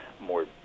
more